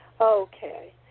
Okay